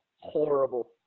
horrible